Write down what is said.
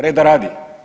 Reda radi.